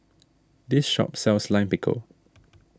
this shop sells Lime Pickle